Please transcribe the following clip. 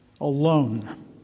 alone